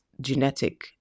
genetic